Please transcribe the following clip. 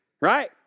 right